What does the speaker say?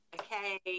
Okay